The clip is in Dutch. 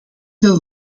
dat